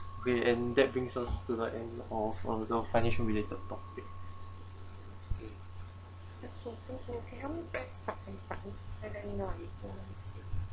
okay and that brings us to the end of the the financial related topic